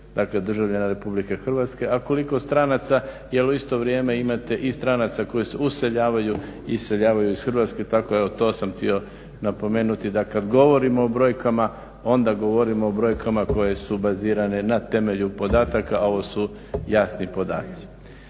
Dakle, državljana Republike Hrvatske a koliko stranaca jer u isto vrijeme imate i stranaca koji se useljavaju i iseljavaju iz Hrvatske. Tako evo to sam htio napomenuti, da kad govorimo o brojkama onda govorimo o brojkama koje su bazirane na temelju podataka, a ovo su jasni podaci.